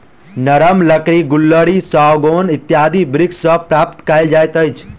नरम लकड़ी गुल्लरि, सागौन इत्यादि वृक्ष सॅ प्राप्त कयल जाइत अछि